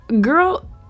Girl